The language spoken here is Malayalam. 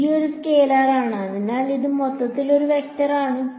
g ഒരു സ്കെയിലർ ആണ് അതിനാൽ ഇത് മൊത്തത്തിൽ ഒരു വെക്റ്റർ ആണ്